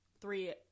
three